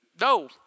No